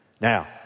Now